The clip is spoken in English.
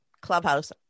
clubhouse